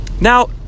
Now